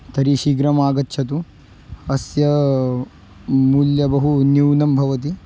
तर्हि शीघ्रम् आगच्छतु अस्य मूल्यं बहु न्यूनं भवति